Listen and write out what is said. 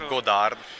Godard